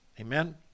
Amen